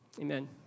Amen